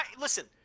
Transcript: listen